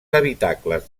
habitacles